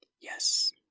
Yes